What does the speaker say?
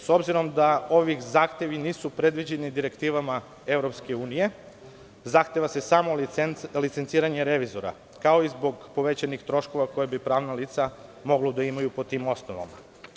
S obzirom da ovi zahtevi nisu predviđeni direktivama EU, zahteva se samo licenciranje revizora, kao i zbog povećanih troškova koja bi pravna lica mogla da imaju po tim osnovama.